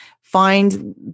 find